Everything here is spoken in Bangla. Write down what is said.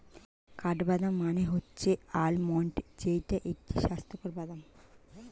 কাঠবাদাম মানে হচ্ছে আলমন্ড যেইটা একটি স্বাস্থ্যকর বাদাম